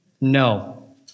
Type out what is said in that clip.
No